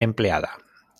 empleada